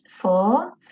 four